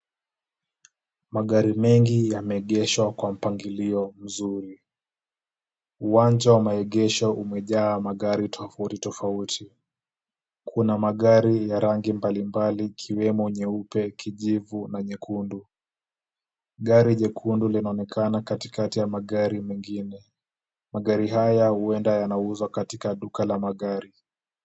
Magari mengi yameegeshwa kwa mpangilio mzuri. Uwanja wa maegesho umejaa magari tofauti tofauti. Kuna magari ya rangi mbalimbali ikiwemo nyeupe, kijivu na nyekundu. Gari jekundu linaonekana katikati ya magari mengine. Magari haya huenda yanauzwa katika duka la magari.